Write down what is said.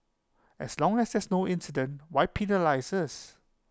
as long as there's no incident why penalise us